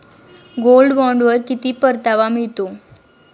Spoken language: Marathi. गोल्ड बॉण्डवर किती परतावा मिळतो?